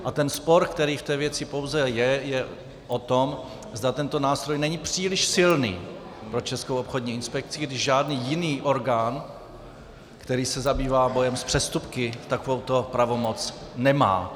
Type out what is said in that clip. A ten spor, který v té věci pouze je, je o tom, zda tento nástroj není příliš silný pro Českou obchodní inspekci, když žádný jiný orgán, který se zabývá bojem s přestupky, takovouto pravomoc nemá.